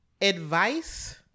Advice